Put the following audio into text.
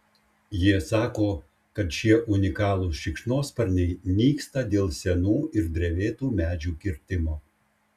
jie sako kad šie unikalūs šikšnosparniai nyksta dėl senų ir drevėtų medžių kirtimo